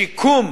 שיקום